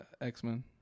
X-Men